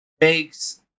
Makes